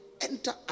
enter